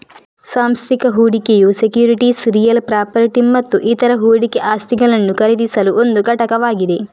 ಸಾಂಸ್ಥಿಕ ಹೂಡಿಕೆಯು securities real property ಮತ್ತು ಇತರ ಹೂಡಿಕೆ ಆಸ್ತಿಗಳನ್ನು ಖರೀದಿಸಲು ಒಂದು ಘಟಕವಾಗಿದೆ